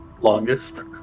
Longest